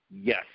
yes